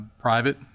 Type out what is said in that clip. private